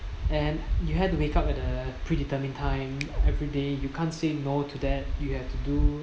and you had to wake up at a predetermined time everyday you can't say no to that you have to do